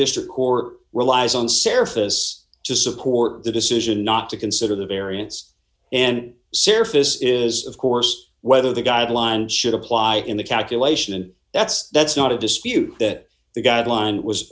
district court relies on sarah has to support the decision not to consider the variance and surface is of course whether the guideline should apply in the calculation and that's that's not a dispute that the guideline